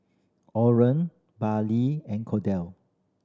Orren and Kordell